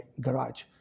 garage